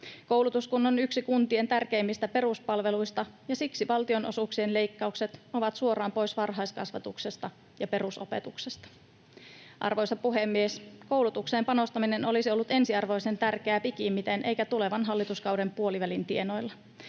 koulutus kun on yksi kuntien tärkeimmistä peruspalveluista, ja siksi valtionosuuksien leikkaukset ovat suoraan pois varhaiskasvatuksesta ja perusopetuksesta. Arvoisa puhemies! Koulutukseen panostaminen olisi ollut ensiarvoisen tärkeää pikimmiten eikä tulevan hallituskauden puolivälin tienoilla.